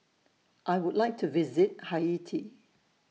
I Would like to visit Haiti